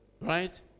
Right